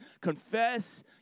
Confess